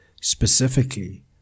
specifically